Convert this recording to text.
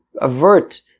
avert